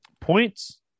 Points